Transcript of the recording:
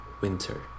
Winter